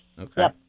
Okay